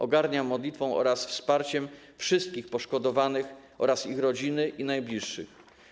Ogarniam modlitwą oraz wsparciem wszystkich poszkodowanych oraz ich rodziny i najbliższych.